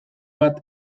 bat